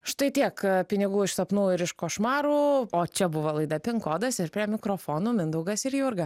štai tiek pinigų iš sapnų ir iš košmarų o čia buvo laida pinkodas ir prie mikrofono mindaugas ir jurga